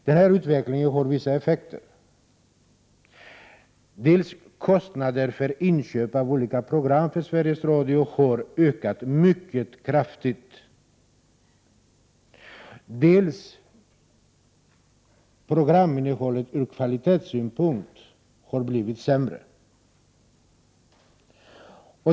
Det är en utveckling som har vissa effekter. Kostnaderna för inköp av olika program för Sveriges Radio har ökat mycket kraftigt. Programinnehållet har ur kvalitetssynpunkt blivit sämre.